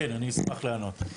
כן, אני אשמח לענות.